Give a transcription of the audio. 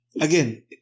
again